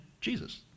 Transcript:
Jesus